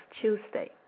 tuesday